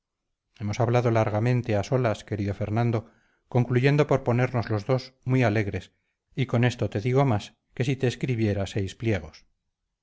hemos hablado largamente a solas querido fernando concluyendo por ponernos los dos muy alegres y con esto te digo más que si te escribiera seis pliegos